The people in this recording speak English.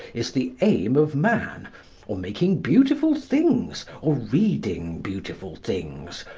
is the aim of man or making beautiful things, or reading beautiful things,